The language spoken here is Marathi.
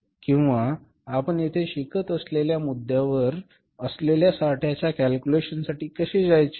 किंवा आपण येथे शिकत असलेल्या मुद्यावर असलेल्या साठाच्या कॅल्क्युलेशनसाठी कसे जायचे